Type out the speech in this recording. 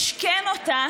משכן אותה